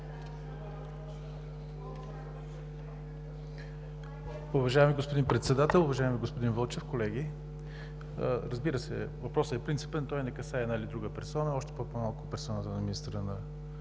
Уважаеми господин Председател, уважаеми господин Вълчев, колеги! Разбира се, въпросът е принципен. Той не касае една или друга персона, още пък по-малко персоната на министъра на